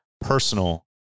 personal